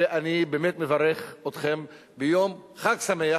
ואני באמת מברך אתכן ביום חג שמח,